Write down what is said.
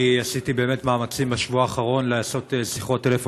אני עשיתי באמת מאמצים בשבוע האחרון לעשות שיחות טלפון,